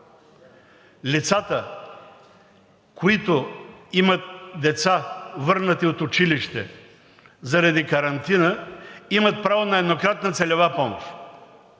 лицата, които имат деца, върнати от училище заради карантина, имат право на еднократна целева помощ,